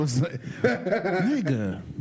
nigga